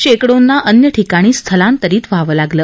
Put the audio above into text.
शेकडोंना अन्य ठिकाणी स्थलांतरित व्हावं लागले